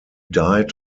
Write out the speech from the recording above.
died